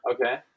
okay